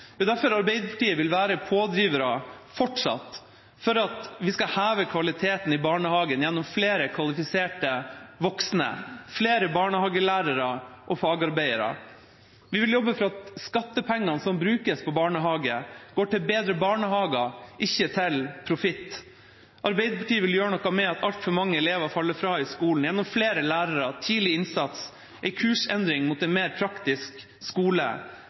Det er derfor Arbeiderpartiet fortsatt vil være pådriver for at vi skal heve kvaliteten i barnehagen gjennom flere kvalifiserte voksne, flere barnehagelærere og fagarbeidere. Vi vil jobbe for at skattepengene som brukes på barnehage, går til bedre barnehager, ikke til profitt. Arbeiderpartiet vil gjøre noe med at altfor mange elever faller fra i skolen, gjennom flere lærere, tidlig innsats, en kursendring mot en mer praktisk skole,